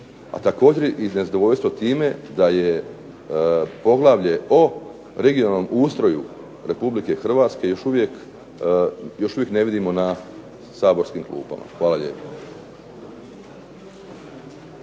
a također i nezadovoljstvo time da je poglavlje o regionalnom ustroju Republike Hrvatske još uvijek, još uvijek ne vidimo na saborskim klupama. Hvala lijepo.